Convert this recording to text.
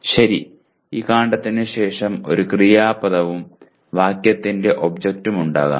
ശരി ഈ കാണ്ഡത്തിന് ശേഷം ഒരു ക്രിയാപദവും വാക്യത്തിന്റെ ഒബ്ജക്റ്റും ഉണ്ടാകും